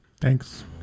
Thanks